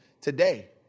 today